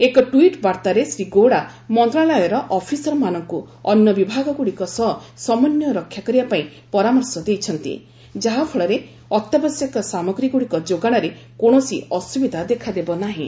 ଏକ ଟ୍ୱିଟ୍ ବାର୍ତ୍ତାରେ ଶ୍ରୀ ଗୌଡ଼ା ମନ୍ତ୍ରଣାଳୟର ଅଫିସରମାନଙ୍କୁ ଅନ୍ୟ ବିଭାଗଗୁଡ଼ିକ ସହ ସମନ୍ୱୟ ରକ୍ଷା କରିବା ପାଇଁ ପରାମର୍ଶ ଦେଇଛନ୍ତି ଯାହାଫଳରେ ଅତ୍ୟାବଶ୍ୟକ ସାମଗ୍ରୀଗୁଡ଼ିକ ଯୋଗାଣରେ କୌଣସି ଅସୁବିଧା ଦେଖାଦେବ ନାହିଁ